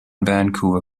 vancouver